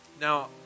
Now